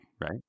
Right